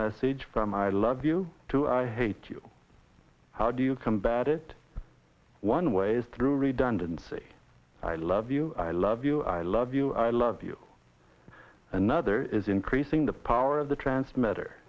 message from i love you to i hate you how do you combat it one ways through redundancy i love you i love you i love you i love you another is increasing the power of the transmit